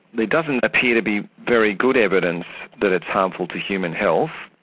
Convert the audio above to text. there doesn't appear to be very good evidence that it's harmful to human health.